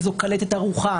תהיה זו קלטת ערוכה,